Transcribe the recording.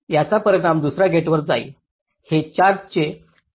याचा परिणाम दुसर्या गेटवर जाईल हे 4 चे डिलेज आहे